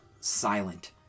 silent